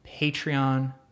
Patreon